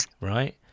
right